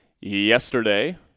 yesterday